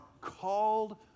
called